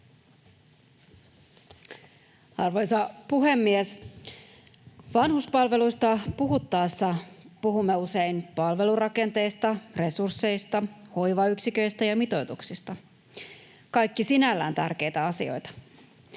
Arvoisa puhemies! Vanhuspalveluista puhuttaessa puhumme usein palvelurakenteista, resursseista, hoivayksiköistä ja mitoituksista — kaikki sinällään tärkeitä asioita.